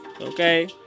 Okay